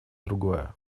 другое